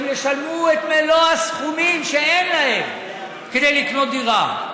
והם ישלמו את מלוא הסכומים שאין להם כדי לקנות דירה.